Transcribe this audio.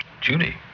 Judy